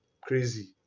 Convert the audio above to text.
crazy